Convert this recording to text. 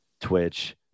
Twitch